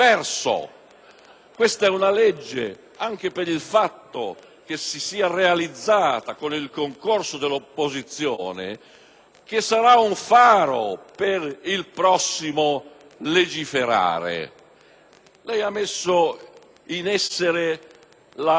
perso. È una legge, anche per il fatto che si sia realizzata con il concorso dell'opposizione, che sarà un faro per il prossimo legiferare. Lei ha messo in essere la